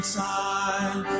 time